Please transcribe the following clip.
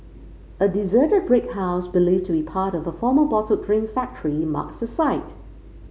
a deserted brick house believed to be part of a former bottled drink factory marks the site